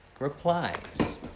Replies